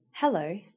Hello